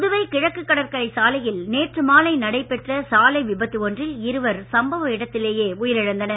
புதுவை கிழக்கு கடற்கரைச் சாலையில் நேற்று மாலை நடைபெற்ற சாலை விபத்து ஒன்றில் இருவர் சம்பவ இடத்திலேயே உயிரிழந்தனர்